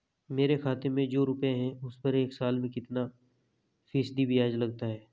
मेरे खाते में जो रुपये हैं उस पर एक साल में कितना फ़ीसदी ब्याज लगता है?